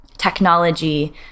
technology